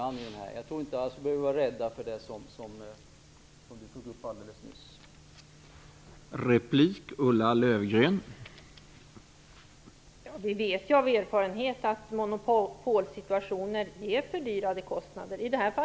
Jag tror i alla fall inte att vi behöver vara rädda för det som Ulla Löfgren alldeles nyss nämnde.